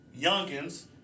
youngins